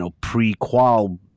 pre-qual